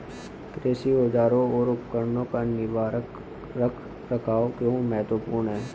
कृषि औजारों और उपकरणों का निवारक रख रखाव क्यों महत्वपूर्ण है?